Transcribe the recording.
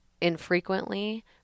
infrequently